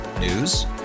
News